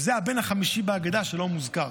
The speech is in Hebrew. וזה הבן החמישי בהגדה, שאינו מוזכר.